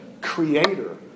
creator